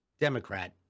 Democrat